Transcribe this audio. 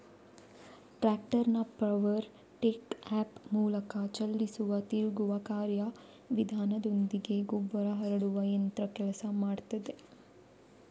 ಟ್ರಾಕ್ಟರ್ನ power take off ಮೂಲಕ ಚಲಿಸುವ ತಿರುಗುವ ಕಾರ್ಯ ವಿಧಾನದೊಂದಿಗೆ ಗೊಬ್ಬರ ಹರಡುವ ಯಂತ್ರ ಕೆಲಸ ಮಾಡ್ತದೆ